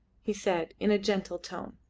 he said in a gentle tone,